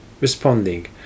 responding